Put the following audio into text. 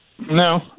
No